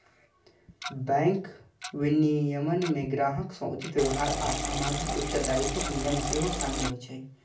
bank विनियमन मे ग्राहक सं उचित व्यवहार आ सामाजिक उत्तरदायित्वक नियम सेहो शामिल होइ छै